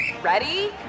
Ready